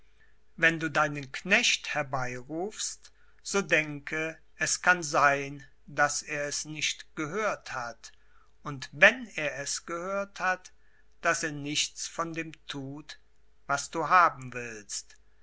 wenn du deinen knecht herbeirufst so denke es kann sein daß er es nicht gehört hat und wenn er es gehört hat daß er nichts von dem thut was du haben willst